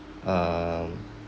um